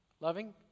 Loving